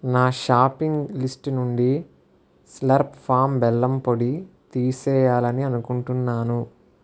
నా shopping list నుండి Slurrp Farm బెల్లం పొడి తీసేయాలి అని అనుకుంటున్నాను